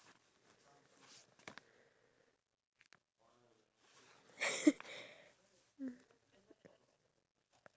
because we'll always find it like oh it's too hard or oh it's too risky because when we want to go out and pursue something